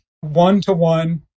one-to-one